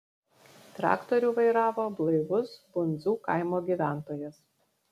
traktorių vairavo blaivus bundzų kaimo gyventojas